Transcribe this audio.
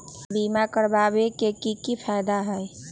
बीमा करबाबे के कि कि फायदा हई?